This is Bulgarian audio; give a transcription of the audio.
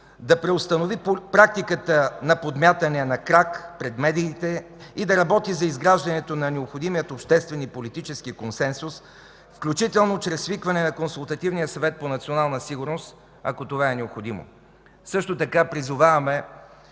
да преустанови практиката на подмятания на крак пред медиите и да работи за изграждането на необходимия обществен и политически консенсус, включително чрез свикване на Консултативния съвет по национална сигурност, ако това е необходимо. Също така призоваваме